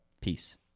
Peace